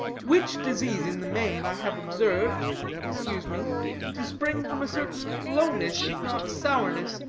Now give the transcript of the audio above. which disease, in the main, i have observed excuse me to spring from a certain lowness, if not sourness,